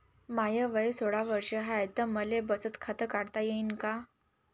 माय वय सोळा वर्ष हाय त मले बचत खात काढता येईन का?